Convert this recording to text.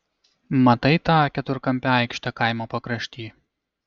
matai tą keturkampę aikštę kaimo pakrašty